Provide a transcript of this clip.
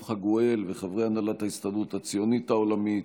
חגואל וחברי הנהלת ההסתדרות הציונית העולמית,